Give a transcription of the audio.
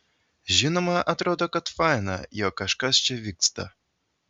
žinoma atrodo kad faina jog kažkas čia vyksta